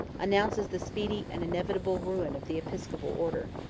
announces the speedy and inevitable ruin of the episcopal order.